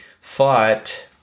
fought